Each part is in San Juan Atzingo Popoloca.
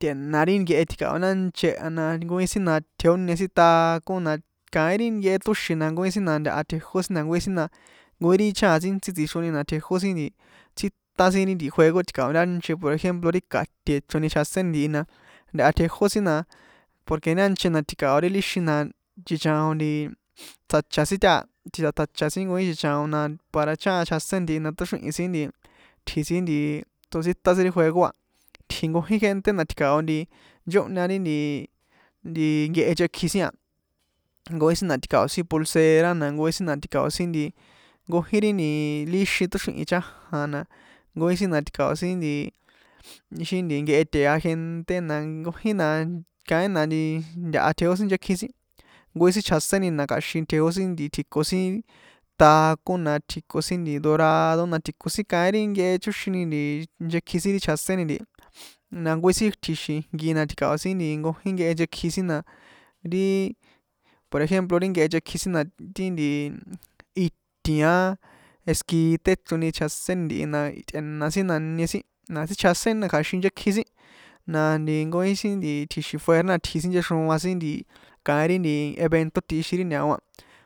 Tꞌe̱na ri nkehe tji̱kao̱ ntanche na nkojin sin tjejonie sin taco na kaín ri nkehe tóxin na nkojin sin na ntaha tjejó sin na nkojin sin na nkojin ri chajan ntsíntsí na tjejó sin tsítan sin ri nti juego tji̱kao ntanche por ejemplo ri kaṭe̱ ichroni ti chjaséni ntihi na ntaha tjejó sin na porque ntache na tji̱kao ri líxin na chichaon tsjacha sin táha tsjacha sin nkojin chichaon na para chajan chjaséni ntihi na tóxrihi̱n sin tji sin nti tsotsítan sin ri juego a itji nkojin gente na tji̱kao̱ nchóhña ri nti nti nkehe nchekji sin a nkojin sin na tji̱kao sin pulsera na nkojin sin tji̱kaon sin nkojin ri líxin tóxrihi̱n chajan na nkojin sin na tji̱kaon sin ixi nkehe tea gente na nkojin na kaín na nti ntaha tjejó sin nchekji sin nkojin sin chjaseni na kja̱xin tjejó sin tji̱ko sin taco na tji̱ko sin dorado na tji̱ko sin kaín ri nkehe chróxini ntihi nchekji sin ri chjaséni ntihi na nkojin sin tji̱xin ijnki na tji̱kaon sin nti nkojin nkehe nchekji sin na ri por ejemplo ri nkehe nchekji sin na ti nti iti̱n aá esquite ichroni chjaséni ntihi na tꞌe̱na sin na inie sin na ti sin chajséni na kja̱xin nchekji sin na nti nkojin sin nti tji̱xi̱n fuera na itji sin sinchexroan sin nti kaín ri evento tꞌixin ri ñao a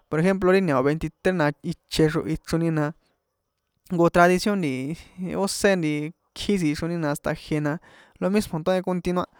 por ejemplo ri ñao veititrés na iche xrohi ichroni na jnko tradición ósé nti ikji tsixroni na hasta ijie na lo mismo tóhen continuar.